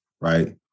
right